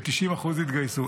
ו-90% יתגייסו.